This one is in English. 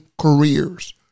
careers